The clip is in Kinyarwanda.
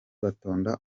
batonda